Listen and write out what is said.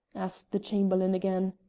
asked the chamberlain again.